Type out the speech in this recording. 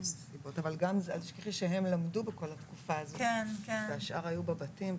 אבל אל תשכחי שהם למדו בכל התקופה הזאת והשאר היו בבתים.